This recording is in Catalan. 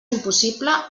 impossible